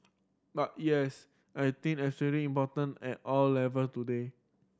but yes I think that's certain important at all level today